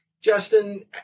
Justin